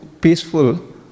peaceful